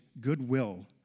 goodwill